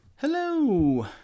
Hello